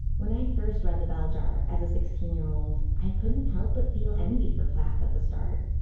when i first read the bell jar as a sixteen year old i couldn't help but feel envy for plath at the start.